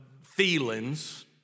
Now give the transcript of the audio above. feelings